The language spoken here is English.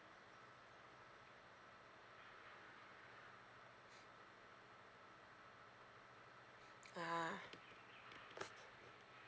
ah